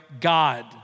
God